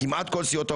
כמעט כל הסיעות,